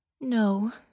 No